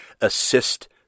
assist